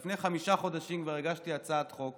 כבר לפני חמישה חודשים הגשתי הצעת חוק